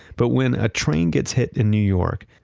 but when a train gets hit in new york,